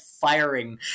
firing